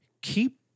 Keep